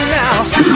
now